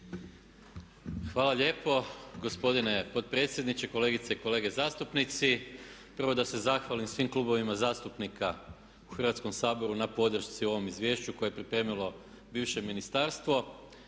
Hvala lijepo gospodine potpredsjedniče, kolegice i kolege zastupnici. Prvo da se zahvalim svim klubovima zastupnika u Hrvatskom saboru na podršci u ovom izvješću koje je pripremilo bivše ministarstvo,